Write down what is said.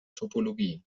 topologie